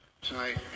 tonight